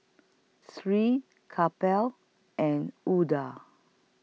Sri Kapil and Udai